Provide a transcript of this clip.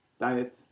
Diet